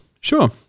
Sure